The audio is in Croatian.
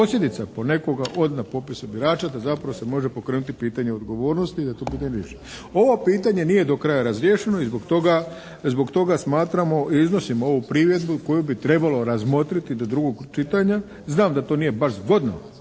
posljedica po nekoga od na popisu birača da zapravo se može pokrenuti pitanje odgovornosti i da to bude riješeno. Ovo pitanje nije do kraja razriješeno i zbog toga smatramo i iznosim ovu primjedbu koju bi trebalo razmotriti do drugog čitanja. Znam da to nije baš zgodno